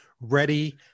ready